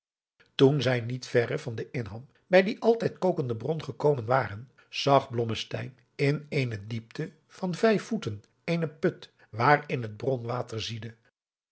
toen zij niet verre van een inham bij die altijd kokende bron gekomen waren zag blommesteyn in eene diepte van vijf voeten eenen put waarin het bronwater ziedde